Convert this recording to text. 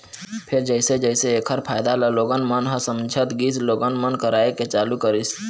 फेर जइसे जइसे ऐखर फायदा ल लोगन मन ह समझत गिस लोगन मन कराए के चालू करिस